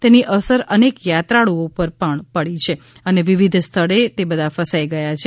તેની અસર અનેક યાત્રાળુઓ ઉપર પણ પડી છે અને વિવિધ સ્થળે એ બધા ફસાઇ ગથા છે